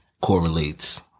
correlates